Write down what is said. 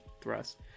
thrust